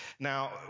Now